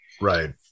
Right